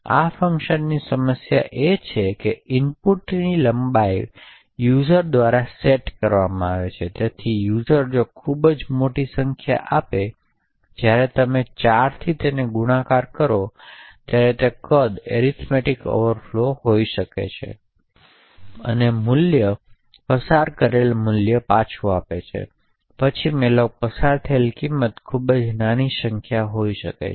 આ ફંકશનની સમસ્યા એ છે કે ઇનપુટ લંબાઈ વપરાશકર્તા દ્વારા સેટ કરવામાં આવી છે તેથી વપરાશકર્તા ખૂબ મોટી સંખ્યા આપી શકે છે તેથી જ્યારે તમે 4થી તેનો ગુણાકાર કરો ત્યારે તે કદ એરીથમેટીક ઓવરફ્લો હોઈ શકે છે અને મૂલ્ય પસાર કરેલું મૂલ્ય પાછું આપે છે અને પછી મેલોકમાં પસાર થયેલી કિંમત ખૂબ નાની સંખ્યા હોઈ શકે છે